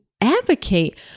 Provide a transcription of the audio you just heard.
advocate